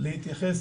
להתייחס